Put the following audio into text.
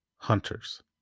Hunters